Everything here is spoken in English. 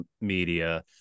media